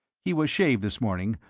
he was shaved this morning,